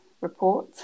report